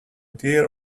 dear